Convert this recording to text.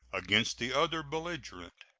against the other belligerent.